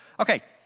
okay.